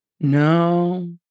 No